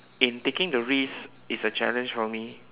in taking the risk is a challenge for me